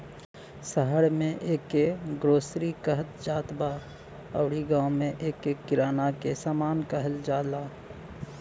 शहर में एके ग्रोसरी कहत जात बा अउरी गांव में एके किराना के सामान कहल जाला